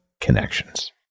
connections